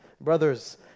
Brothers